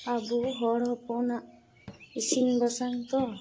ᱟᱵᱚ ᱦᱚᱲ ᱦᱚᱯᱚᱱᱟᱜ ᱤᱥᱤᱱ ᱵᱟᱥᱟᱝ ᱛᱳ